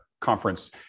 conference